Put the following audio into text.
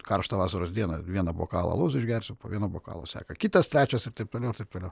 karštą vasaros dieną vieną bokalą alaus išgersiu po vieno bokalo seka kitas trečias ir taip toliau ir taip toliau